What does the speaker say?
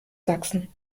sachsen